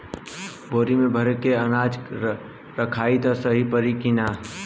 बोरी में भर के अनाज रखायी त सही परी की ना?